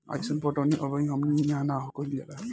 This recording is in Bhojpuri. अइसन पटौनी अबही हमनी इन्हा ना कइल जाला